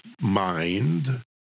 mind